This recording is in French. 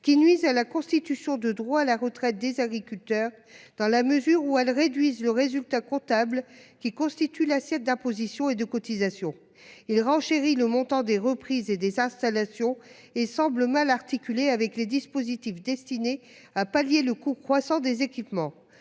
qui nuisent à la constitution de droits à la retraite des agriculteurs dans la mesure où elles réduisent le résultat comptable qui constitue l'assiette d'imposition et de cotisations. Il renchérit le montant des reprises et des installations et semble mal articulé avec les dispositifs destinés à pallier le coût croissant des équipements